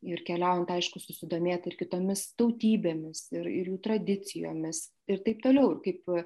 ir keliaujant aišku susidomėta ir kitomis tautybėmis ir ir jų tradicijomis ir taip toliau kaip